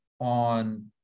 on